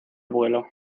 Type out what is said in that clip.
vuelo